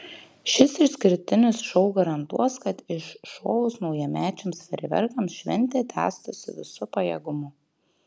šis išskirtinis šou garantuos kad iššovus naujamečiams fejerverkams šventė tęstųsi visu pajėgumu